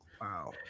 wow